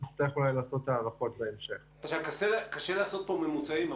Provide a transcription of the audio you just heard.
יש כרגע עיכוב כי הרי זה סקר וצריך לעבד את הנתונים.